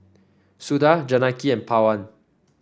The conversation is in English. Suda Janaki and Pawan